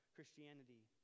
Christianity